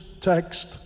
text